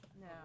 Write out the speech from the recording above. No